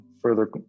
further